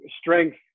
strength